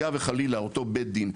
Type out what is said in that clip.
היה וחלילה אותו בית דין,